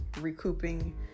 recouping